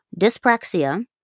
Dyspraxia